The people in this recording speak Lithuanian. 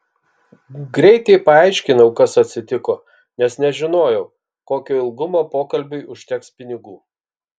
greitai paaiškinau kas atsitiko nes nežinojau kokio ilgumo pokalbiui užteks pinigų